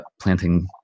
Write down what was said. planting